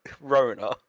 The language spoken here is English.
Rona